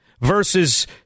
versus